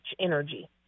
energy